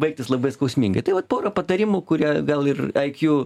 baigtis labai skausmingai tai vat pora patarimų kurie gal ir iq